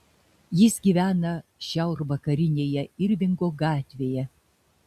jis gyvena šiaurvakarinėje irvingo gatvėje